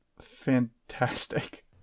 fantastic